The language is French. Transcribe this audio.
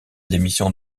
démission